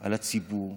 על הציבור,